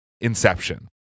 inception